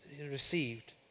received